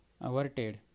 averted